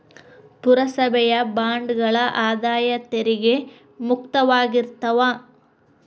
ಪುರಸಭೆಯ ಬಾಂಡ್ಗಳ ಆದಾಯ ತೆರಿಗೆ ಮುಕ್ತವಾಗಿರ್ತಾವ